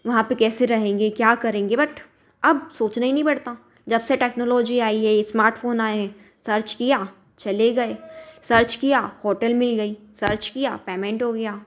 वहाँ पर कैसे रहेंगे क्या करेंगे बट अब सोचने ही नहीं पड़ता जब से टेक्नोलॉजी आई है स्मार्टफोन आए हैं सर्च किया चले गए सर्च किया होटल मिल गई सर्च किया पमेंट हो गया